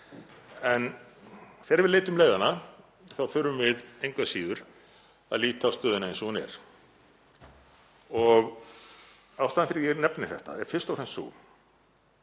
En þegar við leitum leiðanna þá þurfum við engu að síður að líta á stöðuna eins og hún er. Ástæðan fyrir að ég nefni þetta er fyrst og fremst sú